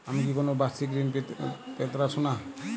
আমি কি কোন বাষিক ঋন পেতরাশুনা?